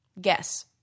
Guess